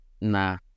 Nah